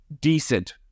decent